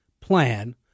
plan